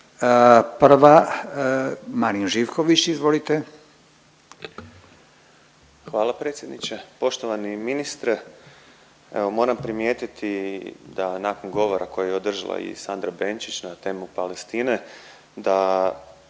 Marin (Možemo!)** Hvala predsjedniče. Poštovani ministre evo moram primijetiti da nakon govora koji je održala i Sandra Benčić na temu Palestine da